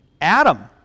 Adam